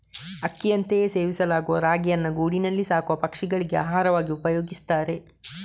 ಅಕ್ಕಿಯಂತೆಯೇ ಸೇವಿಸಲಾಗುವ ರಾಗಿಯನ್ನ ಗೂಡಿನಲ್ಲಿ ಸಾಕುವ ಪಕ್ಷಿಗಳಿಗೆ ಆಹಾರವಾಗಿ ಉಪಯೋಗಿಸ್ತಾರೆ